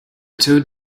toad